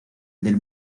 del